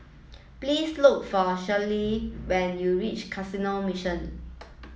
please look for Sherie when you reach Canossian Mission